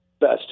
best